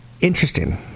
Interesting